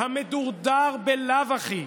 המדורדר בלאו הכי.